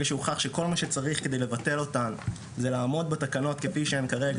ברגע שהוכח שכל מה שצריך כדי לבטל אותן זה לעמוד בתקנות כפי שהן כרגע,